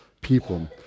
people